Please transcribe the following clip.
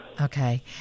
Okay